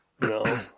No